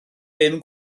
bum